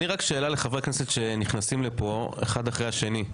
שאלה לחברי הכנסת שנכנסים לכאן אחד אחרי השני.